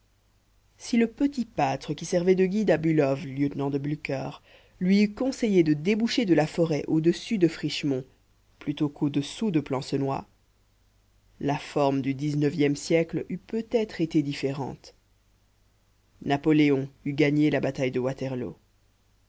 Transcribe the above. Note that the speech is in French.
si le petit pâtre qui servait de guide à bülow lieutenant de blücher lui eût conseillé de déboucher de la forêt au-dessus de frischemont plutôt qu'au dessous de plancenoit la forme du dix-neuvième siècle eût peut-être été différente napoléon eût gagné la bataille de waterloo